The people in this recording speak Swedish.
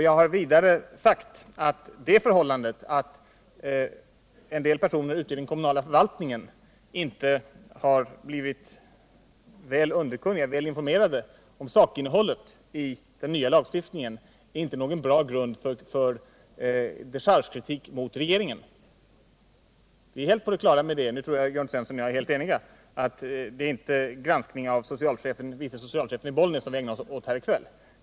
Jag har vidare sagt att det förhållandet att en del personer ute i den kommunala förvaltningen inte blivit väl informerade om sakinnehållet i den nya lagstiftningen inte är någon bra grund för dechargekritik mot regeringen. Nu tror jag att Jörn Svensson och jag är helt eniga om att det inte är en granskning av vice socialchefen i Bollnäs som vi skall ägna oss åt här i kväll.